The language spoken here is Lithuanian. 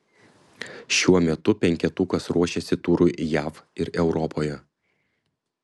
šiuo metu penketukas ruošiasi turui jav ir europoje